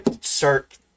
start